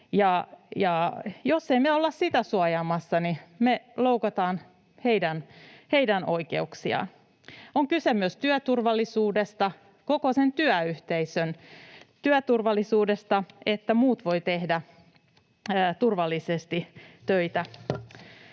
jos ei me olla sitä suojaamassa, niin me loukataan heidän oikeuksiaan. On kyse myös työturvallisuudesta, koko sen työyhteisön työturvallisuudesta, siitä, että muut voivat tehdä turvallisesti töitä.